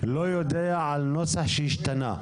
לא יודע על נוסח שהשתנה?